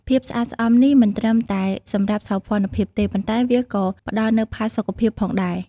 ភាពស្អាតស្អំនេះមិនត្រឹមតែសម្រាប់សោភ័ណភាពទេ ប៉ុន្តែវាក៏ផ្តល់នូវផាសុកភាពផងដែរ។